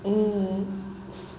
mm